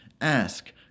ask